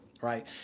Right